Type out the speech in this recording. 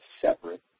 separate